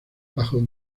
bajo